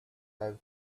have